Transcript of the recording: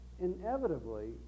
inevitably